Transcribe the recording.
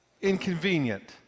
inconvenient